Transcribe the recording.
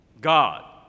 God